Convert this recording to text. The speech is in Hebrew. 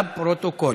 לפרוטוקול.